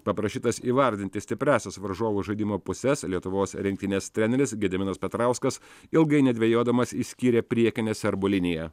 paprašytas įvardinti stipriąsias varžovų žaidimo puses lietuvos rinktinės treneris gediminas petrauskas ilgai nedvejodamas išskyrė priekinę serbų liniją